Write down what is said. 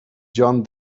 jon